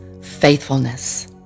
faithfulness